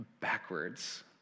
backwards